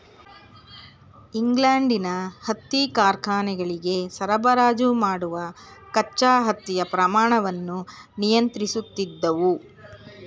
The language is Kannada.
ಇಂಗ್ಲೆಂಡಿನ ಹತ್ತಿ ಕಾರ್ಖಾನೆಗಳಿಗೆ ಸರಬರಾಜು ಮಾಡುವ ಕಚ್ಚಾ ಹತ್ತಿಯ ಪ್ರಮಾಣವನ್ನು ನಿಯಂತ್ರಿಸುತ್ತಿದ್ದವು